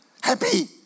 Happy